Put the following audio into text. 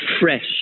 fresh